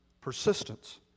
persistence